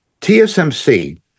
TSMC